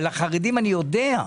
על החרדים אני יודע.